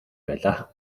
байлаа